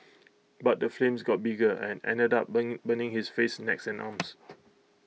but the flames got bigger and ended up burn burning his face neck and arms